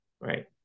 right